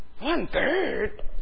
One-third